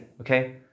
okay